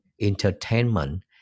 entertainment